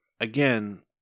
again